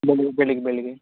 ಬೆಳಿಗ್ಗೆ ಬೆಳಿಗ್ಗೆ ಬೆಳಿಗ್ಗೆ